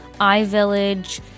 iVillage